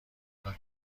دلار